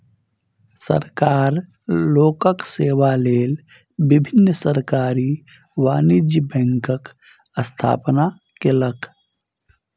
सरकार लोकक सेवा लेल विभिन्न सरकारी वाणिज्य बैंकक स्थापना केलक